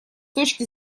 точки